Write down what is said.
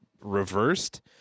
reversed